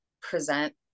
present